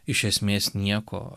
iš esmės nieko